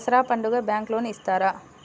దసరా పండుగ bank loan ఇస్తారా?